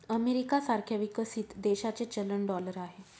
America सारख्या विकसित देशाचे चलन डॉलर आहे